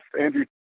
Andrew